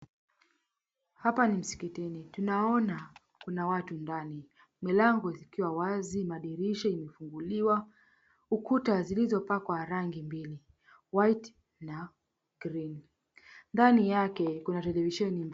Hapa ni msikitini tunaona kuna watu ndani, milango zikiwa wazi madirisha zimefunguliwa, ukuta zilizopakwa rangi mbili white na green ndani yake kuna televisheni .